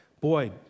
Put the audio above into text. Boy